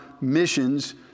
missions